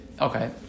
Okay